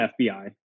FBI